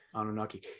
Anunnaki